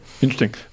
Interesting